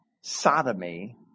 sodomy